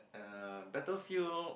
uh battlefield